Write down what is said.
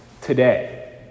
today